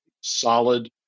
solid